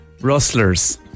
Rustlers